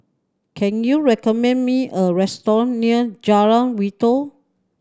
can you recommend me a restaurant near Jalan Wi Toh